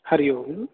हरिः ओम्